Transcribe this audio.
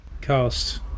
cast